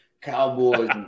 cowboys